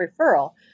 referral